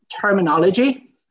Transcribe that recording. terminology